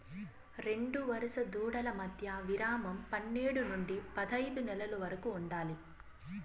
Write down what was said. రెండు వరుస దూడల మధ్య విరామం పన్నేడు నుండి పదైదు నెలల వరకు ఉండాలి